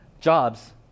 jobs